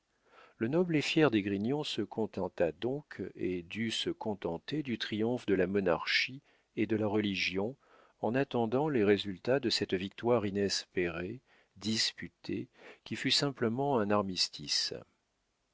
le noble et fier d'esgrignon se contenta donc et dut se contenter du triomphe de la monarchie et de la religion en attendant les résultats de cette victoire inespérée disputée qui fut simplement un armistice